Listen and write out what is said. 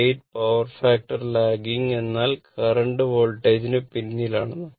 8 power factor lagging എന്നാൽ current വോൾട്ടേജിനു പിന്നിലാണെന്നാണ്